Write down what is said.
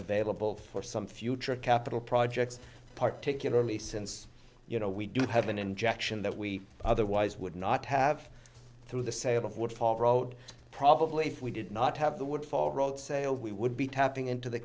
available for some future capital projects particularly since you know we did have an injection that we otherwise would not have through the sale of what paul wrote probably if we did not have the wood for road sale we would be tapping into the